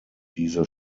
diese